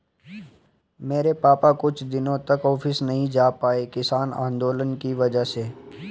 मेरे पापा कुछ दिनों तक ऑफिस नहीं जा पाए किसान आंदोलन की वजह से